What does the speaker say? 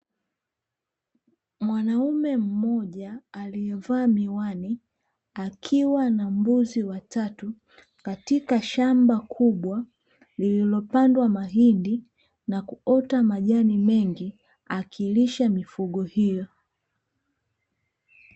Mwanaume mmoja aliyevaa miwani akiwa na mbuzi watatu katika shamba kubwa lililopandwa mahindi na kuota majani mengi akilisha mifugo hio.